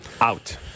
Out